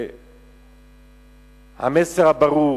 המסר הברור